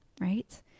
right